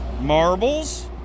Marbles